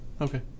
Okay